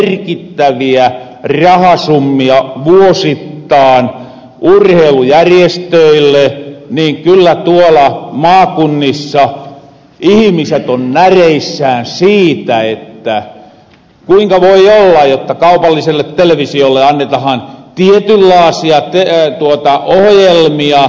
äiti päivi ja dianan torella merkittäviä rahasummia vuosittaan urheilujärjestöille niin kyllä tuolla maakunnissa ihimiset on näreissään siitä kuinka voi olla jotta kaupalliselle televisiolle annetahan tietynlaasia ohjelmia